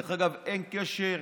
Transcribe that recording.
דרך אגב, אין קשר,